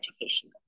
education